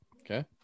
okay